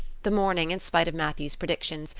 the morning, in spite of matthew's predictions,